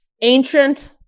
ancient